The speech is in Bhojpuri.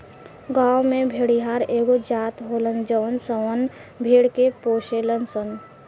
गांव में भेड़िहार एगो जात होलन सन जवन भेड़ के पोसेलन सन